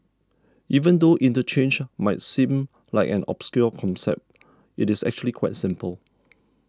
even though interchange might seem like an obscure concept it is actually quite simple